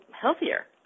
healthier